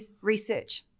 research